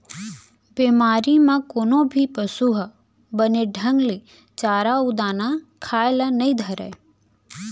बेमारी म कोनो भी पसु ह बने ढंग ले चारा अउ दाना खाए ल नइ धरय